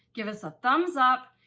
give us a thumbs up,